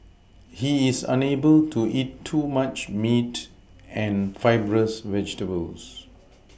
he is unable to eat too much meat and fibrous vegetables